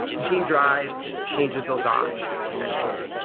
gene drive changes those odds essentially,